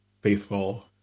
faithful